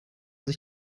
sich